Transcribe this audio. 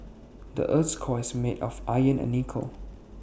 the Earth's core is made of iron and nickel